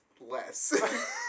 less